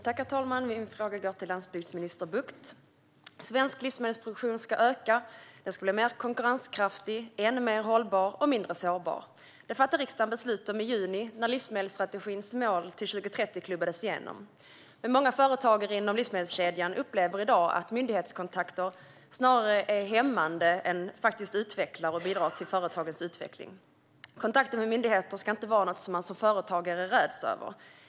Herr talman! Min fråga går till landsbygdsminister Bucht. Svensk livsmedelsproduktion ska öka. Den ska bli mer konkurrenskraftig, än mer hållbar och mindre sårbar. Detta fattade riksdagen beslut om i juni när livsstrategins mål till 2030 klubbades igenom. Många företagare inom livsmedelskedjan upplever dock i dag att myndighetskontakter snarare är hämmande än bidrar till företagens utveckling. Kontakter med myndigheter ska inte vara något som man som företagare räds inför.